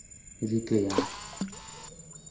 ᱨᱤᱠᱟᱭᱟ